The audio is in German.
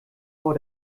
vor